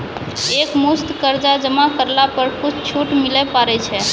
एक मुस्त कर्जा जमा करला पर कुछ छुट मिले पारे छै?